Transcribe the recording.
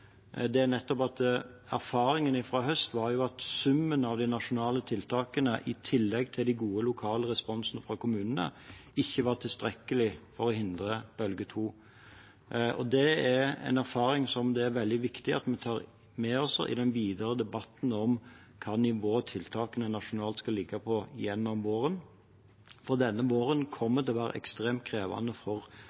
nettopp at erfaringen fra i høst var at summen av de nasjonale tiltakene, i tillegg til den gode lokale responsen fra kommunene, ikke var tilstrekkelig for å hindre bølge to. Det er en erfaring som det er veldig viktig at vi tar med oss i den videre debatten om hvilket nivå tiltakene nasjonalt skal ligge på gjennom våren, for denne våren kommer til å være ekstremt krevende for